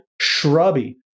Shrubby